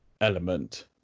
element